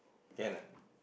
can ah